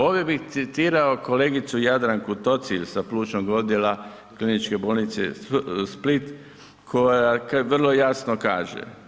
Ove bih citirao kolegicu Jadranku Tocilj sa plućnog odjela Kliničke bolnice Split koja vrlo jasno kaže.